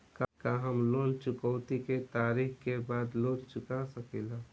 का हम लोन चुकौती के तारीख के बाद लोन चूका सकेला?